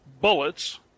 bullets